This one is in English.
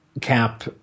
Cap